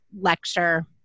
lecture